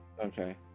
Okay